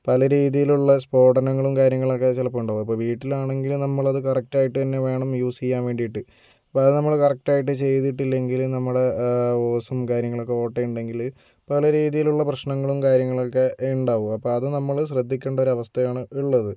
പല രീതിലുള്ള സ്ഫോടനങ്ങളും കാര്യങ്ങളും ഒക്കെ ചിലപ്പോൾ ഉണ്ടാകാം അപ്പോൾ വീട്ടിലാണെങ്കില് നമ്മളത് കറക്ടായിട്ടന്നെ വേണം യൂസ് ചെയ്യാൻ വേണ്ടിട്ട് പ്പൊ അത് നമ്മള് കറക്ട് ആയിട്ട് ചെയ്തിട്ടില്ലെങ്കില് നമ്മളെ ഓസും കാര്യങ്ങളൊക്കെ ഓട്ടയുണ്ടെങ്കില് പല രീതിലുള്ള പ്രശ്നങ്ങളും കാര്യങ്ങളും ഒക്കെ ഉണ്ടാകും അപ്പോൾ അത് നമ്മളു ശ്രദ്ധിക്കെണ്ടൊരു അവസ്ഥയാണ് ഉള്ളത്